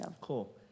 Cool